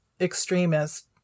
extremist